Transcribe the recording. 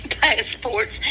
passports